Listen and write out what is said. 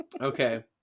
Okay